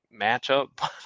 matchup